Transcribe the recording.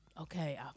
Okay